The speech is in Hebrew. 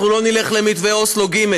אנחנו לא נלך למתווה אוסלו ג'.